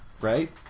Right